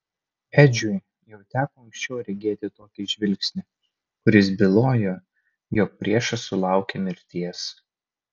edžiui jau teko anksčiau regėti tokį žvilgsnį kuris bylojo jog priešas sulaukė mirties